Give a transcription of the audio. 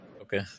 Okay